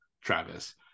Travis